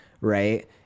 Right